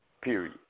Period